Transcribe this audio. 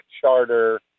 charter